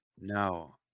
No